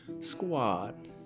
squad